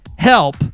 help